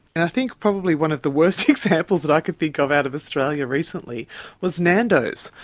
and i think probably one of the worst examples that i can think of out of australia recently was nandos.